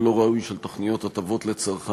לא ראוי של תוכניות הטבות לצרכנים,